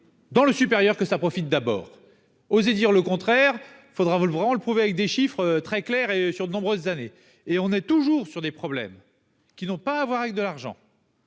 dans le supérieur, que ça profite d'abord oser dire le contraire, il faudra vous le vraiment le prouver avec des chiffres très clair et sur de nombreuses années et on est toujours sur des problèmes qui n'ont pas à avoir avec de l'argent